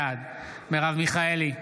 בעד מרב מיכאלי,